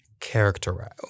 Characterize